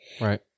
Right